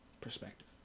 perspective